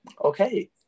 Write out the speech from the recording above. okay